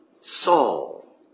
Saul